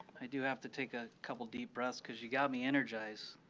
i do have to take a couple deep breaths because you got me energized,